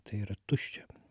tai yra tuščia